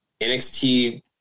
NXT